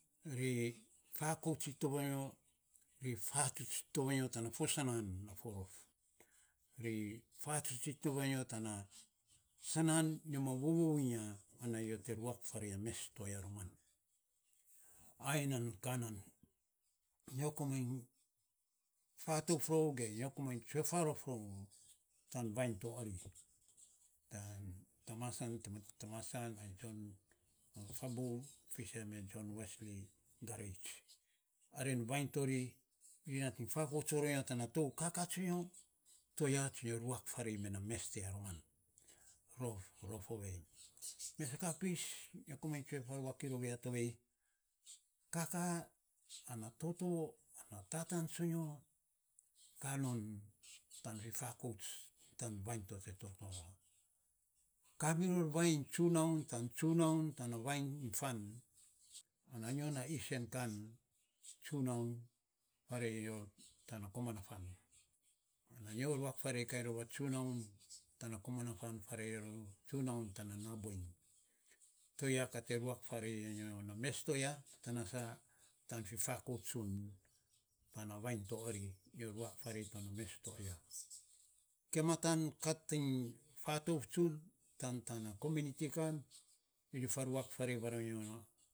Ri fakouts to vanyo. ri fatsuts to vanyo tana fo sana a fo rof, ri fatsuts to vanyo tana sanan fo rof nyo ma vovou iny ya. ana nyo te ruak farei a mes to aya nan ai nan aka nan nyo komainy fatouf rou, ge tsue farof rou, tan vainy to ari, tamasan, fabu fisen me jon wesli gareits, arin vainy to ri nating fakouts varonyo tana tou kaka tsonyo, to ya sana nyo ruak farei a mes to ya roman.